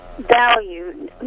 Value